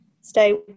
stay